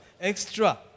extra